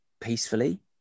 peacefully